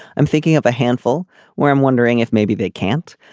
i'm thinking of a handful where i'm wondering if maybe they can't.